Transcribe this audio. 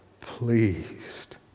pleased